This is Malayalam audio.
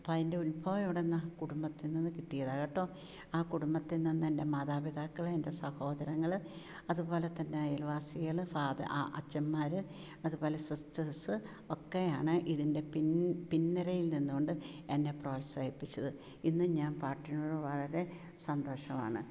അപ്പം അയി അതിൻ്റെ ഉത്ഭവം എവിടെ നിന്നാണ് കുടുംബത്തിൽ നിന്ന് കിട്ടിയതാണ് കേട്ടോ ആ കുടുംബത്തിൽ നിന്ന് എൻ്റെ മാതാപിതാക്കളെ എൻ്റെ സഹോദരങ്ങള് അതുപോലതന്നെ അയൽവാസികള് ഫാദർ അച്ഛന്മാര് അതുപോലെ സിസ്റ്റേഴ്സ് ഒക്കെയാണേ ഇതിൻ്റെ പിൻ പിൻനിരയിൽ നിന്നുകൊണ്ട് എന്നെ പ്രോത്സാഹിപ്പിച്ചത് ഇന്ന് ഞാൻ പാട്ടിനോട് വളരെ സന്തോഷവാണ്